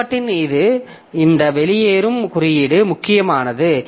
செயல்பாட்டின் இந்த வெளியேறும் குறியீடு முக்கியமானது